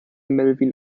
melvin